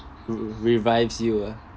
revives you ah